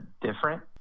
different